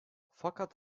fakat